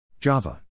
Java